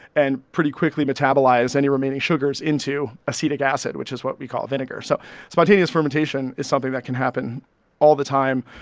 and pretty quickly metabolizes any remaining sugars into acetic acid, which is what we call vinegar so spontaneous fermentation is something that can happen all the time.